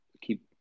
keep